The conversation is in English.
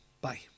Bye